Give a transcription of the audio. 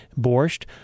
borscht